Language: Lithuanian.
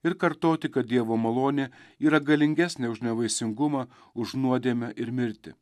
ir kartoti kad dievo malonė yra galingesnė už nevaisingumą už nuodėmę ir mirtį